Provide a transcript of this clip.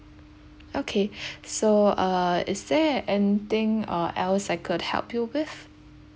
okay so uh is there anything uh else I could help you with